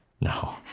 No